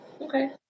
Okay